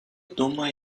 دوماه